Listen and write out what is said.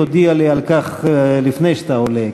תודיע לי על כך לפני שאתה עולה,